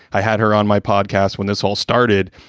i had her on my podcast when this all started.